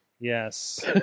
Yes